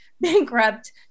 bankrupt